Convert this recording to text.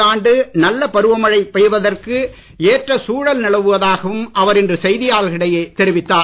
இந்த ஆண்டு நல்ல பருவமழை பெய்வதற்கு ஏற்ற சூழல் நிலவுவதாகவும் அவர் இன்று செய்தியாளர்களிடையே தெரிவித்தார்